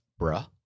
bruh